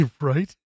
Right